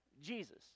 Jesus